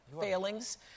Failings